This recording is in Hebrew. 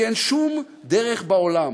כי אין שום דרך בעולם